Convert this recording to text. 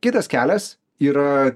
kitas kelias yra